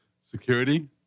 security